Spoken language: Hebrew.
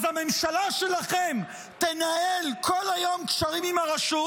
אז הממשלה שלכם תנהל כל היום קשרים עם הרשות,